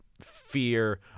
fear